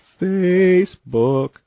Facebook